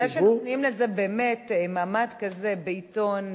זה שנותנים לזה באמת מעמד כזה בעיתון,